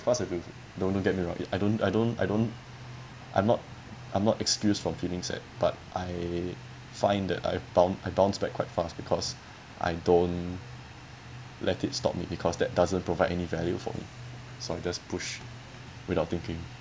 of course I do don't don't get me wrong I don't I don't I don't I'm not I'm not excused from feeling sad but I find that I boun~ I bounce back quite fast because I don't let it stop me because that doesn't provide any value for me so I just push without thinking